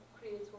creates